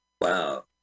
wow